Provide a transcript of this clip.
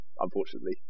Unfortunately